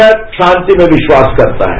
भारत शांति में विश्वास करता है